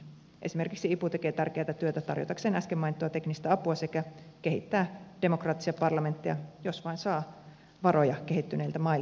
esimerkiksi ipu tekee tärkeätä työtä tarjotakseen äsken mainittua teknistä apua sekä kehittää demokraattisia parlamentteja jos vain saa varoja kehittyneiltä mailta siihen